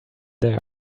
there